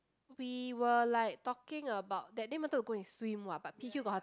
we were like talking about that day wanted to go and swim what but P_Q got heart